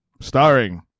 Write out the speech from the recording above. starring